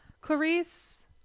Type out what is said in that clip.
Clarice